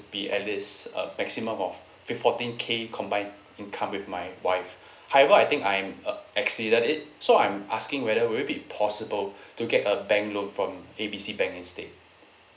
be at least uh maximum of with fourteen K combined income with my wife however I think time I'm uh exceeded it so I'm asking whether will it be possible to get a bank loan from A B C bank instead